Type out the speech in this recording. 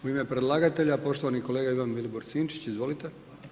U ime predlagatelja, poštovani kolega Ivan Vilibor Sinčić, izvolite.